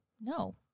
No